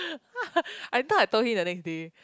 I thought I told him the next day